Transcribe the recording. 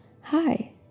Hi